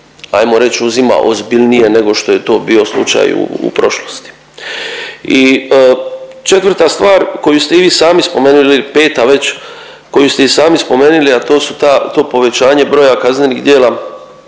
ajmo reći uzima ozbiljnije nego što je to bio slučaj u prošlosti. I četvrta stvar koju ste i vi sami spomenuli ili peta već koju ste i sami spomenuli, a to su ta to povećanje broja kaznenih djela